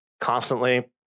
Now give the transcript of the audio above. constantly